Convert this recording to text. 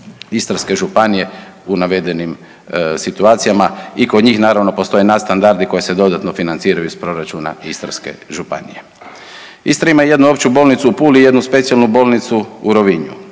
Istarske županije u navedenim situacijama. I kod njih, naravno, postoje nadstandardi koji se dodatno financiraju iz proračuna Istarske županije. Istra ima jednu opću bolnicu u Puli i jednu specijalnu bolnicu u Rovinju.